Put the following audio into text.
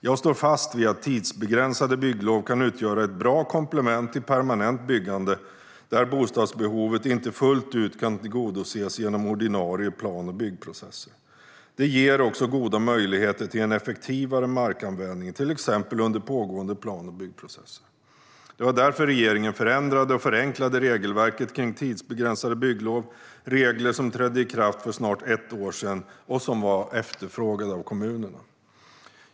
Jag står fast vid att tidsbegränsade bygglov kan utgöra ett bra komplement till permanent byggande där bostadsbehovet inte fullt ut kan tillgodoses genom ordinarie plan och byggprocesser. Det ger också goda möjligheter till en effektivare markanvändning, till exempel under pågående plan och byggprocesser. Det var därför regeringen förändrade och förenklade regelverket för tidsbegränsade bygglov. Det var regler som trädde i kraft för snart ett år sedan och som var efterfrågade av kommunerna.